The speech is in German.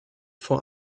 vor